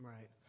Right